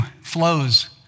flows